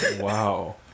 wow